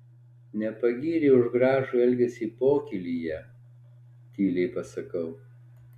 nepagyrei už gražų elgesį pokylyje tyliai pasakau